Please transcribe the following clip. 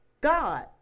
God